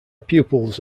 pupils